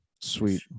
sweet